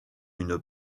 une